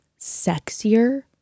sexier